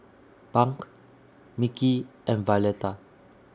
Bunk Mickey and Violeta